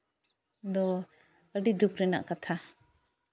ᱫᱚ ᱟᱹᱰᱤ ᱫᱩᱠ ᱨᱮᱱᱟᱜ ᱠᱟᱛᱷᱷᱟ